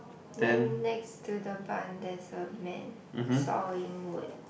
then next to the barn there's a man sawing wood